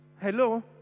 Hello